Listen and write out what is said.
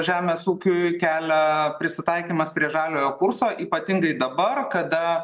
žemės ūkiui kelia prisitaikymas prie žaliojo kurso ypatingai dabar kada